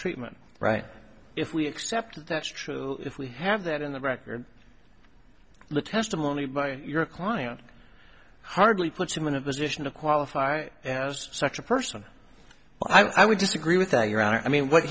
treatment right if we accept that's true if we have that in the record the testimony by your client hardly puts him in a position to qualify as such a person i would disagree with that your honor i mean what